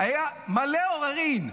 היה מלא עוררין,